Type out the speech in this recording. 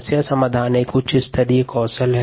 समस्या को सुलझाना एक उच्च स्तरीय कौशल है